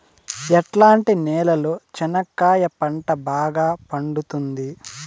ఎట్లాంటి నేలలో చెనక్కాయ పంట బాగా పండుతుంది?